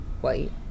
white